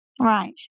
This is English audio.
Right